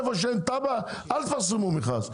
איפה שאין תב"ע אל תפרסמו מכרז,